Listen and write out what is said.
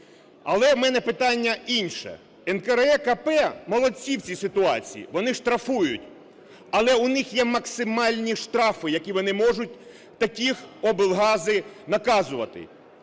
Але в мене питання інше. НКРЕКП молодці в цій ситуації, вони штрафують. Але у них є максимальні штрафи, які вони можуть, такі облгази, наказувати.